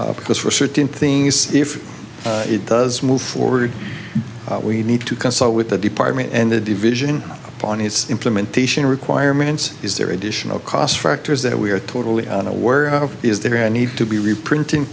pool because for certain things if it does move forward we need to consult with the department and the division on its implementation requirements is there are additional cost factors that we are totally unaware of is there a need to be reprintin